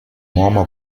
uomo